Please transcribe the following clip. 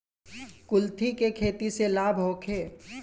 कुलथी के खेती से लाभ होखे?